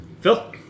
phil